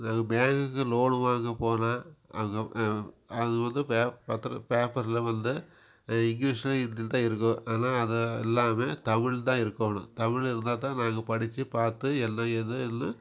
நாங்கள் பேங்குக்கு லோன் வாங்க போனால் அங்கே அங்கே அது வந்து பேப்பர் பத்திர பேப்பரில் வந்து இங்லீஷுன் ஹிந்தியில் தான் இருக்கும் ஆனால் அதை எல்லாம் தமிழ் தான் இருக்கணும் தமிழ் இருந்தால் தான் நாங்கள் படித்து பார்த்து என்ன ஏதுன்னு